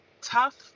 tough